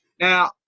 Now